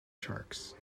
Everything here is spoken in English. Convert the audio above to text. sharks